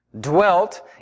Dwelt